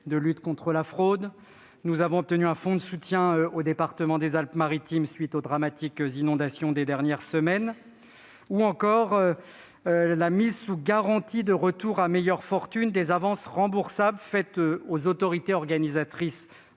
bien été rétablis. Nous avons obtenu un fonds de soutien au département des Alpes-Maritimes à la suite des dramatiques inondations des dernières semaines, ou encore la mise sous garantie de retour à meilleure fortune des avances remboursables faites aux autorités organisatrice